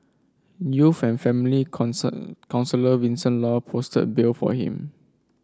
youth and family counsellor Vincent Law posted bail for him